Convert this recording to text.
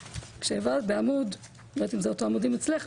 לא יודעת אם זה אותו עמוד אצלך,